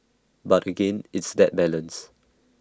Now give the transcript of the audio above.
but again it's that balance